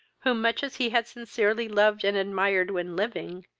whom, much as he had sincerely loved and admired when living,